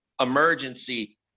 emergency